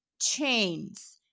chains